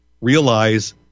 realize